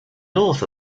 north